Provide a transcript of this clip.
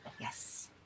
yes